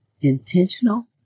intentional